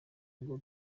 ngo